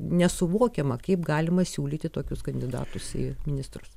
nesuvokiama kaip galima siūlyti tokius kandidatus į ministrus